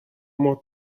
more